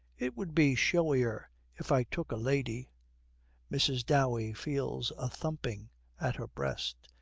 it would be showier if i took a lady mrs. dowey feels a thumping at her breast.